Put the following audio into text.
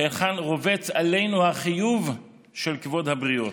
היכן רובץ עלינו החיוב של כבוד הבריות.